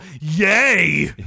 yay